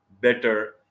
better